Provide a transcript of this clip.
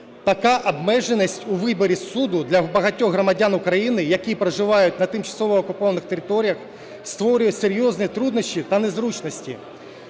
Така обмеженість у виборі суду для багатьох громадян України, які проживають на тимчасово окупованих територіях, створює серйозні труднощі та незручності.